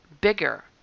bigger